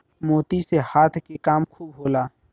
मोती से हाथ के काम खूब होला